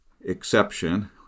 exception